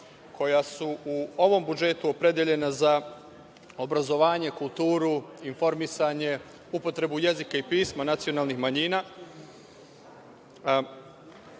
koja su u ovom budžetu opredeljena za obrazovanje, kulturu, informisanje, upotrebu jezika i pisma nacionalnih manjina,